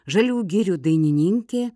žalių girių dainininkė